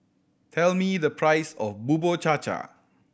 tell me the price of Bubur Cha Cha